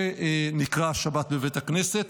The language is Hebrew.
זה נקרא "השבת בבית הכנסת".